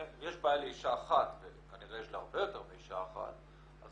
יש בעיה לאישה אחת וכנראה יש להרבה יותר מאישה אחת אז